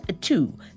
two